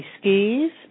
skis